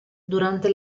durante